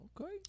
Okay